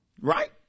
Right